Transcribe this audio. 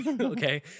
Okay